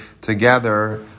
together